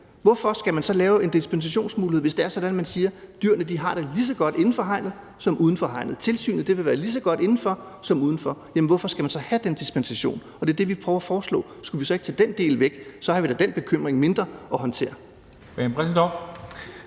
Hvorfor skal man så lave en dispensationsmulighed, hvis det er sådan, at man siger, at dyrene har det lige så godt inden for hegnet som uden for hegnet, og at tilsynet vil være lige så godt indenfor som udenfor? Jamen hvorfor skal man så have den dispensationsmulighed? Det er det, vi prøver at foreslå, nemlig om vi så ikke skulle tage den del væk, for så har vi da den bekymring mindre at håndtere.